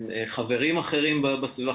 חברים אחרים בסביבה,